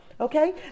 Okay